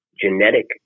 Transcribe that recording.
genetic